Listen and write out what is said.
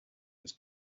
was